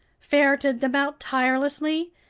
ferreted them out tirelessly,